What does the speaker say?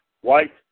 White